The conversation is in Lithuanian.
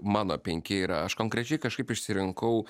mano penki yra aš konkrečiai kažkaip išsirinkau